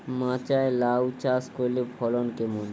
মাচায় লাউ চাষ করলে ফলন কেমন?